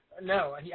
No